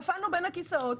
נפלנו בין הכיסאות,